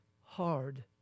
hard